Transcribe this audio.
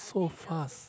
so fast